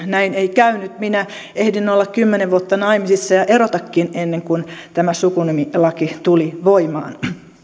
näin ei käynyt minä ehdin olla kymmenen vuotta naimisissa ja erotakin ennen kuin tämä sukunimilaki tuli voimaan